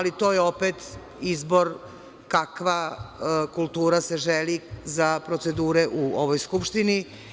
To je opet izbor kakva kultura se želi za procedure u ovoj Skupštini.